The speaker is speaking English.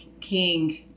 King